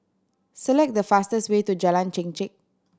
select the fastest way to Jalan Chengkek